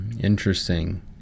interesting